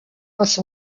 passe